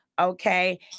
okay